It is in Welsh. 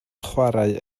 chwarae